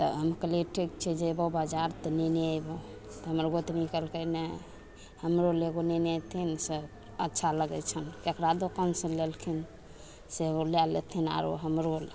तऽ हम कहलियै ठीक छै जेबो बाजार तऽ नेने एबौ तऽ हमर गोतनी कहलकय नहि हमरो लेल एगो नेने एथिन से अच्छा लगय छनि ककरा दोकानसँ लेलखिनसे लए लेथिन आरो हमरो